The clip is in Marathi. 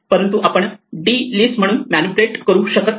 परंतु आपण d लिस्ट म्हणून मॅनिप्युलेट करू शकत नाही